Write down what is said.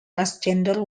transgender